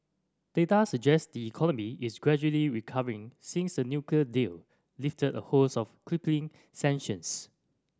data suggest the economy is gradually recovering since the nuclear deal lifted a host of crippling sanctions